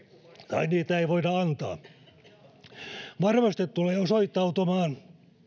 tai niitä ei voida antaa varmasti tulee osoittautumaan